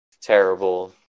terrible